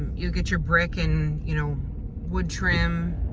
you get your brick and you know wood trim.